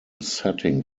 setting